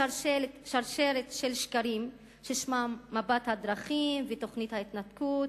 שרשרת של שקרים ששמם מפת הדרכים ותוכנית ההתנתקות,